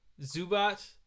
Zubat